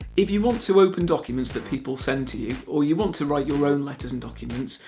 if you want to open documents that people send to you, or you want to write your own letters and documents,